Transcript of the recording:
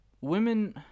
Women